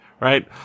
right